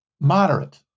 moderate